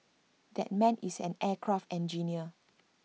that man is an aircraft engineer